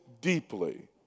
deeply